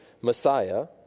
Messiah